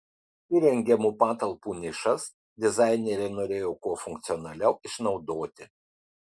įrengiamų patalpų nišas dizainerė norėjo kuo funkcionaliau išnaudoti